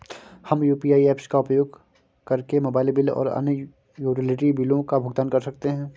हम UPI apps का उपयोग करके मोबाइल बिल और अन्य यूटिलिटी बिलों का भुगतान कर सकते हैं